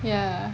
ya